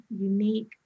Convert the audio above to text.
unique